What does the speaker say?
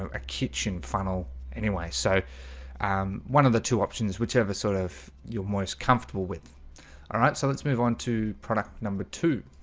a kitchen funnel anyway, so um one of the two options whichever sort of you're most comfortable with ah so let's move on to product number two.